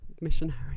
missionary